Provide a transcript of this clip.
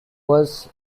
was